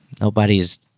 Nobody's